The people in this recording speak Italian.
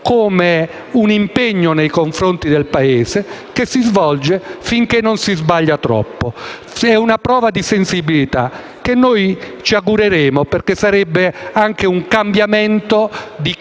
come un impegno nei confronti del Paese da portare avanti finché non si sbaglia troppo. È una prova di sensibilità che noi ci augureremmo perché sarebbe anche un cambiamento di